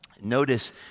Notice